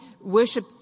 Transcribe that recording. worship